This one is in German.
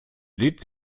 lädt